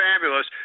fabulous